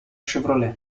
chevrolet